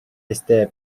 este